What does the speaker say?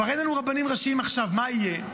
כבר אין לנו רבנים ראשיים עכשיו, מה יהיה?